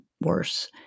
worse